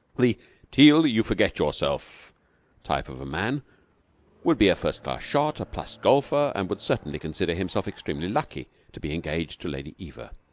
the teal, you forget yourself type of man would be a first-class shot, a plus golfer, and would certainly consider himself extremely lucky to be engaged to lady eva.